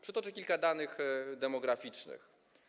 Przytoczę kilka danych demograficznych.